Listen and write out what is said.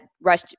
rush